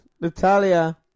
Natalia